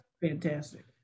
fantastic